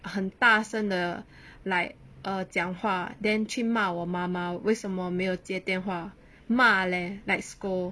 很大声的 like err 讲话 then 去骂我妈妈为什么没有接电话骂 leh like scold